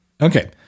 Okay